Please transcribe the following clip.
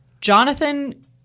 Jonathan